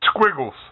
Squiggles